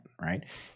right